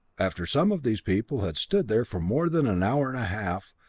after some of these people had stood there for more than an hour and a half,